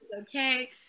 okay